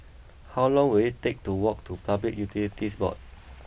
how long will it take to walk to Public Utilities Board